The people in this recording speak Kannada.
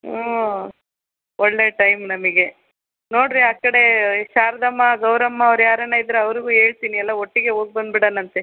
ಹ್ಞೂ ಒಳ್ಳೆ ಟೈಮ್ ನಮಗೆ ನೋಡಿರಿ ಆ ಕಡೆ ಶಾರದಮ್ಮ ಗೌರಮ್ಮ ಅವರು ಯಾರಾರ ಇದ್ದರೆ ಅವ್ರಿಗೂ ಹೇಳ್ತೀನಿ ಎಲ್ಲ ಒಟ್ಟಿಗೆ ಹೋಗಿಬಂದ್ಬಿಡೋಣಂತೆ